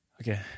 Okay